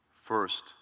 first